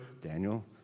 Daniel